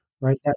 Right